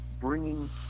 bringing